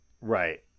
Right